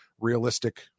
Realistic